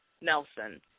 Nelson